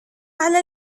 على